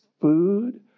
food